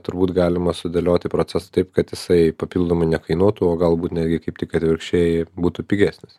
turbūt galima sudėlioti procesą taip kad jisai papildomai nekainuotų o galbūt netgi kaip tik atvirkščiai būtų pigesnis